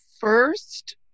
first